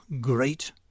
great